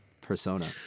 persona